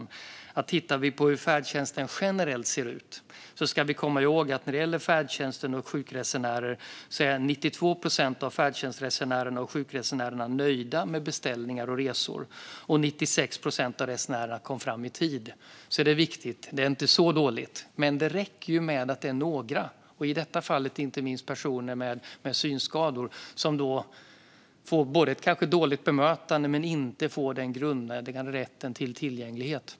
När vi tittar på hur färdtjänsten ser ut generellt ska vi komma ihåg att när det gäller färdtjänst och sjukresor är 92 procent av färdtjänstresenärerna och sjukresenärerna nöjda med beställningar och resor, och 96 procent av resenärerna kommer fram i tid. Det är viktigt. Det är inte så dåligt. Men det räcker ju att det är några, inte minst personer med synskador som i detta fall, som kanske får dåligt bemötande och inte får den grundläggande rätten till tillgänglighet.